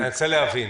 אני רוצה להבין.